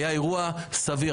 היה אירוע סביר.